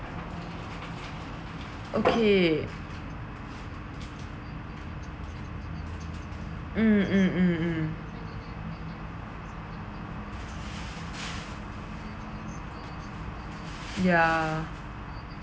okay mm mm mm mm ya